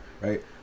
right